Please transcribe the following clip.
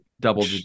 Double